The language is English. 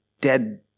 dead